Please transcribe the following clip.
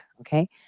Okay